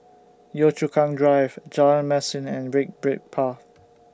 Yio Chu Kang Drive Jalan Mesin and Brick Brick Path